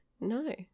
no